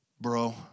Bro